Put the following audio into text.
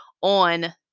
on